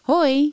Hoi